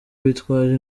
bitwaje